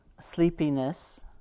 sleepiness